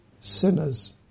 sinners